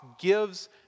gives